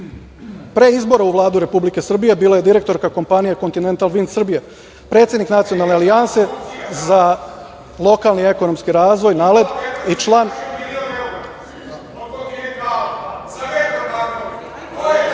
izbora u Vladu Republike Srbije, bila je direktorka kompanije „Kontinental Vings Srbija“, predsednik Nacionalne alijanse za lokalni i ekonomski razvoj NALED i